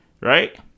Right